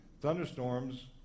Thunderstorms